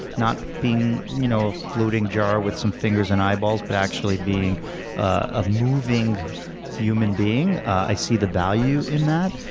not being a you know floating jar with some fingers and eyeballs, but actually being a moving human being, i see the value in that.